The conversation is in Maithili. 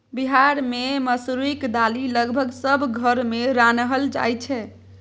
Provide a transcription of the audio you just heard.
बिहार मे मसुरीक दालि लगभग सब घर मे रान्हल जाइ छै